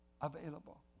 available